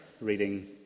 reading